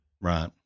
Right